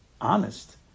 honest